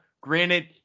Granted